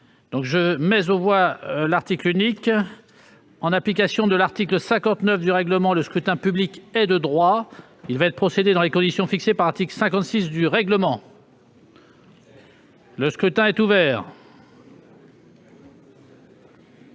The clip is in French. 13 de la Constitution. En application de l'article 59 du règlement, le scrutin public ordinaire est de droit. Il va y être procédé dans les conditions fixées par l'article 56 du règlement. Le scrutin est ouvert.